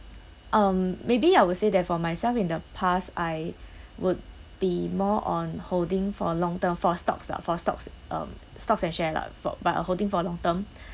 um maybe I would say that for myself in the past I would be more on holding for a long term for stocks lah for stocks um stocks and share lah for but uh holding for a long term